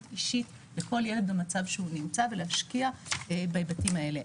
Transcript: אישית לכל ילד במצב שהוא נמצא ולהשקיע בהיבטים האלה.